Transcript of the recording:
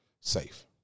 safe